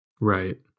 Right